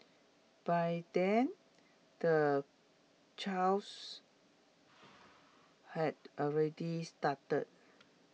by then the chaos had already started